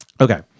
Okay